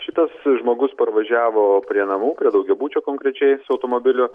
šitas žmogus parvažiavo prie namų prie daugiabučio konkrečiai su automobiliu